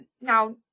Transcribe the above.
now